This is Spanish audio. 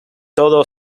todo